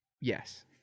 Yes